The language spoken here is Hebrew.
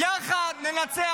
יחד ננצח.